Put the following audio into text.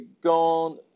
gone